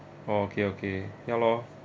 okay okay ya loh